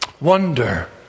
Wonder